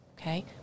Okay